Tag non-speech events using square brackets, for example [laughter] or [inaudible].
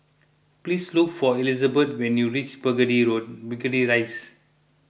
please look for Elisabeth when you reach Burgundy [unintelligible] Burhundy Rise